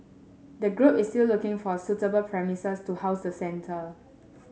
the group is still looking for suitable premises to house the centre